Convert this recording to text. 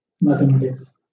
Mathematics